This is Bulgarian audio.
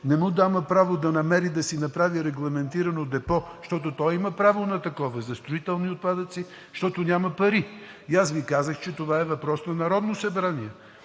не му дава право да намери и да си направи регламентирано депо, защото има право на депо за строителни отпадъци, но няма пари. Аз Ви казах, че това е въпрос на Народното събрание